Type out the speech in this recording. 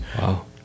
Wow